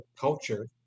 culture